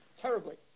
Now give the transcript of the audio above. Terribly